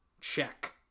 Check